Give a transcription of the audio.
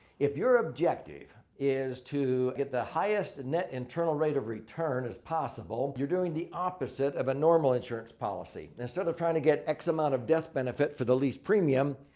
if your objective is to get the highest net internal rate of return as possible, you're doing the opposite of a normal insurance policy. and instead of trying to get x amount of death benefit for the lease premium,